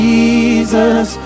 Jesus